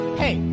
hey